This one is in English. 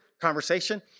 conversation